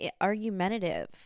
argumentative